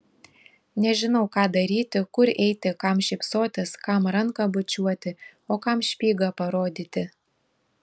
nežinau ką daryti kur eiti kam šypsotis kam ranką bučiuoti o kam špygą parodyti